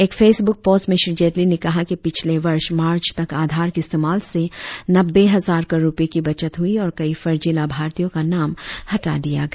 एक Facebook post में श्री जेटली ने कहा कि पिछले वर्ष मार्च तक आधार के इस्तेमाल से नब्बे हजार करोड़ रुपये की बचत हुई और कई फर्जी लाभार्थियों का नाम हटा दिया गया